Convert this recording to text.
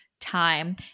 time